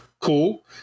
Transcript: Cool